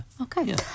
Okay